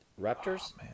Raptors